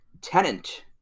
Tenant